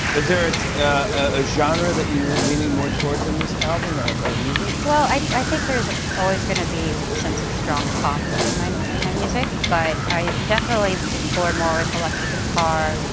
is there a genre that you're leaning more towards, in this album, of of music? well, i think there's always going to be a sense of strong pop in my in my music, but i definitely explored more with electric guitar,